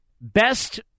Best